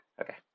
Okay